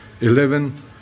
Eleven